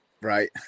Right